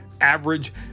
average